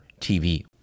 TV